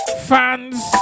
Fans